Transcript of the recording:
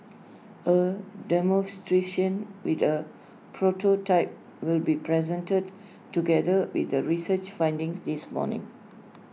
A demonstration with A prototype will be presented together with the research findings this morning